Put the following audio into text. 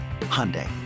Hyundai